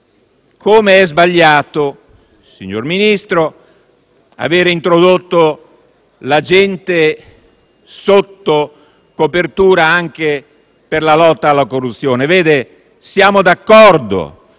Come è sbagliato, signor Ministro, avere introdotto l'agente sotto copertura anche per la lotta alla corruzione. Siamo d'accordo